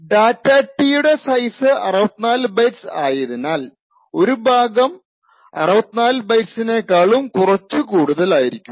data T യുടെ data T size 64 bytes ആയതിനാൽ ഒരു ഭാഗം 64 ബൈറ്റ്സിനേക്കാളും കുറച്ചു കൂടുതൽ ആയിരിക്കും